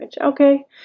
okay